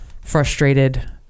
frustrated